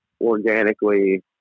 organically